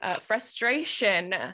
Frustration